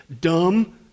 Dumb